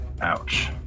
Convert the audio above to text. Ouch